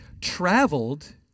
traveled